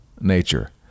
nature